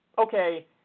okay